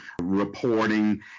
reporting